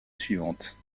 suivante